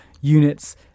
units